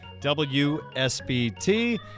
WSBT